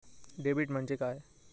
Debit म्हणजे काय?